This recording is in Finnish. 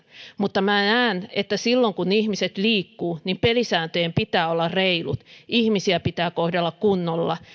mutta minä näen että silloin kun ihmiset liikkuvat pelisääntöjen pitää olla reilut ihmisiä pitää kohdella kunnolla